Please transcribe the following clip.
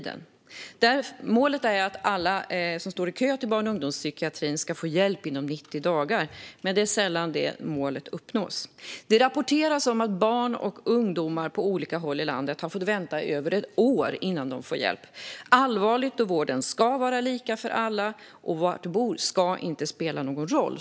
Målet är att alla som står i kö till barn och ungdomspsykiatrin ska få hjälp inom 90 dagar, men det är sällan det målet uppnås. Det rapporteras om att barn och ungdomar på olika håll i landet har fått vänta i över ett år innan de får hjälp. Det är allvarligt då vården ska vara lika för alla, och var du bor ska inte spela någon roll.